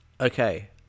Okay